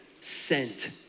sent